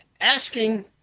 asking